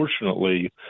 unfortunately